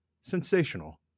sensational